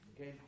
Okay